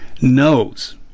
knows